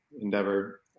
endeavor